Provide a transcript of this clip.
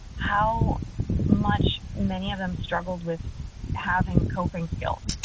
how much many of them struggled with having coping skills.